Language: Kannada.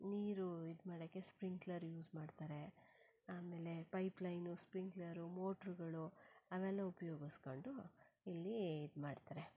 ನೀರು ಇದು ಮಾಡೋಕ್ಕೆ ಸ್ಪ್ರಿಂಕ್ಲರ್ ಯೂಸ್ ಮಾಡ್ತಾರೆ ಆಮೇಲೆ ಪೈಪ್ಲೈನು ಸ್ಪ್ರಿಂಕ್ಲರು ಮೋಟ್ರುಗಳು ಅವೆಲ್ಲ ಉಪ್ಯೋಗಿಸ್ಕಂಡು ಇಲ್ಲಿ ಇದು ಮಾಡ್ತಾರೆ